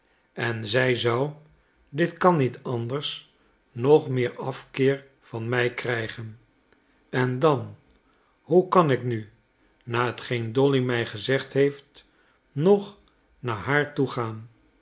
en zij zou dit kan niet anders nog meer afkeer van mij krijgen en dan hoe kan ik nu na hetgeen dolly mij gezegd heeft nog naar haar toe